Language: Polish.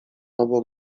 obok